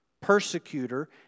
persecutor